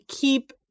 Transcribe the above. keep